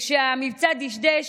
כאשר המבצע דשדש,